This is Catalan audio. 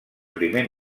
primer